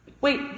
Wait